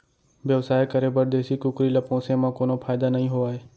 बेवसाय करे बर देसी कुकरी ल पोसे म कोनो फायदा नइ होवय